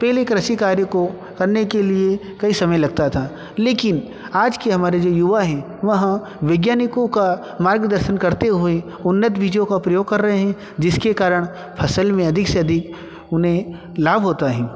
पहले कृषि कार्य को करने के लिए कई समय लगता था लेकिन आज के हमारे जो युवा हैं वहाँ वैज्ञानिकों का मार्गदर्शन करते हुए उन्नत बीजों का प्रयोग कर रहे हैं जिसके कारण फसल में अधिक से अधिक उन्हें लाभ होता है